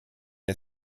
der